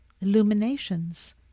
illuminations